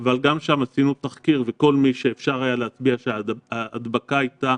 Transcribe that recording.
גם שם עשינו תחקיר וכל מי שהיה אפשר להצביע שההדבקה הייתה